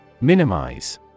Minimize